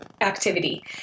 activity